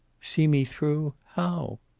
see me through? how?